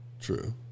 True